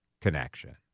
connection